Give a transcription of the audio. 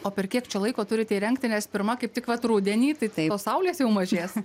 o per kiek čia laiko turite įrengti nes pirma kaip tik vat rudenį tai taip tos saulės jau mažės